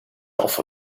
offer